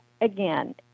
again